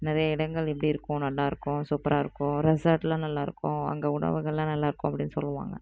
நிறைய இடங்கள் இப்படி இருக்கும் நல்லாருக்கும் சூப்பராக இருக்கும் ரெஸார்ட்லாம் நல்லாருக்கும் அங்கே உணவுகள்லாம் நல்லாருக்கும் அப்படின்னு சொல்லுவாங்க